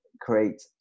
create